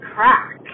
Crack